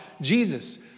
Jesus